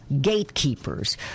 gatekeepers